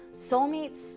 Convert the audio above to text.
Soulmates